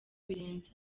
birenze